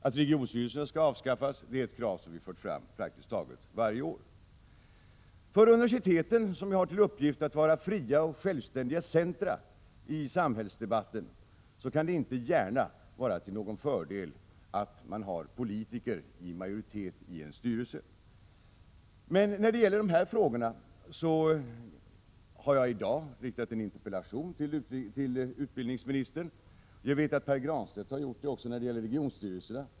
Att regionstyrelsen skall avskaffas är ett krav som vi har fört fram praktiskt taget varje år. För universiteten, som har till uppgift att vara fria och självständiga centra i samhällsdebatten, kan det inte gärna vara till någon fördel att ha politiker i majoritet i en styrelse. När det gäller dessa frågor har jag i dag riktat en interpellation till utbildningsministern, och Pär Granstedt har gjort det när det gäller regionstyrelserna.